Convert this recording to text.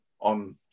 on